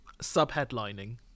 sub-headlining